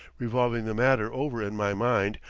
revolving the matter over in my mind,